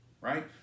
right